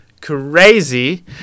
crazy